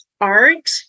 art